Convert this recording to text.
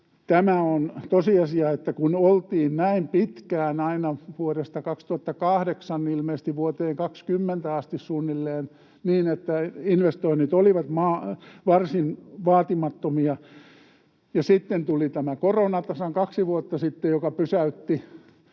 tämä on tosiasia, että kun oltiin näin pitkään, aina vuodesta 2008 ilmeisesti vuoteen 2020 asti suunnilleen, niin, että investoinnit olivat varsin vaatimattomia ja sitten tuli tämä korona tasan kaksi vuotta sitten, joka pysäytti